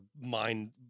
mind